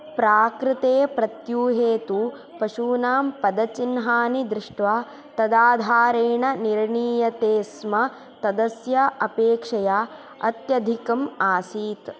प्राकृते प्रत्यूहे तु पशूनां पदचिह्नानि दृष्ट्वा तदाधारेण निर्णीयते स्म तदस्य अपेक्षया अत्यधिकम् आसीत्